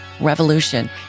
Revolution